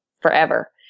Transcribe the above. forever